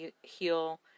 heal